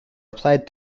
applied